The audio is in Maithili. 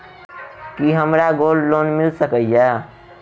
की हमरा गोल्ड लोन मिल सकैत ये?